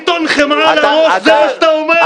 זו לא בושה?